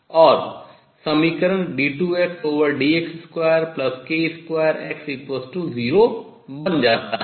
और समीकरण d2Xdx2k2X0 बन जाता है